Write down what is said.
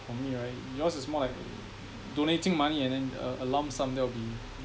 from me right yours is more like donating money and then a a lump sum that will be